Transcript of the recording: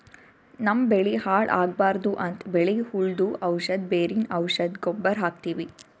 ನಮ್ಮ್ ಬೆಳಿ ಹಾಳ್ ಆಗ್ಬಾರ್ದು ಅಂತ್ ಬೆಳಿಗ್ ಹುಳ್ದು ಔಷಧ್, ಬೇರಿನ್ ಔಷಧ್, ಗೊಬ್ಬರ್ ಹಾಕ್ತಿವಿ